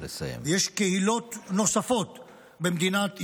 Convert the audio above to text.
יש קהילות נוספות במדינת ישראל,